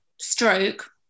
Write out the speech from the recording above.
stroke